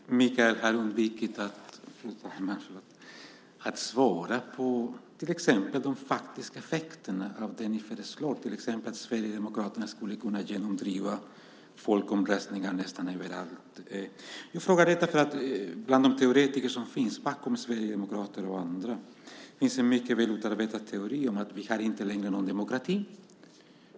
Fru talman! Mikael har undvikit att svara på frågan om de faktiska effekterna av det ni föreslår. Sverigedemokraterna skulle till exempel kunna genomdrivna folkomröstningar nästan överallt. Jag frågar detta därför att det bland de teoretiker som finns bakom Sverigedemokraterna och andra finns en mycket väl utarbetad teori om att vi inte längre har någon demokrati.